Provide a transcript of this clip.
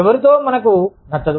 ఎవరితో మనకు వారు నచ్చరు